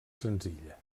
senzilla